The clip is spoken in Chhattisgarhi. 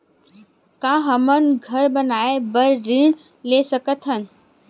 का हमन घर बनाए बार ऋण ले सकत हन?